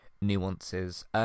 nuances